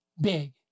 big